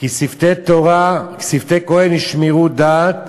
"כי שפתי כהן ישמרו דעת